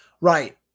Right